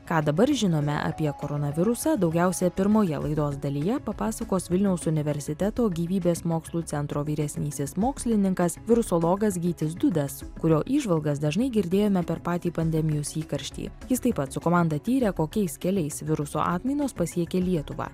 ką dabar žinome apie koronavirusą daugiausia pirmoje laidos dalyje papasakos vilniaus universiteto gyvybės mokslų centro vyresnysis mokslininkas virusologas gytis dudas kurio įžvalgas dažnai girdėjome per patį pandemijos įkarštį jis taip pat su komanda tyrė kokiais keliais viruso atmainos pasiekė lietuvą